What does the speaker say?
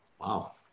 Wow